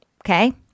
Okay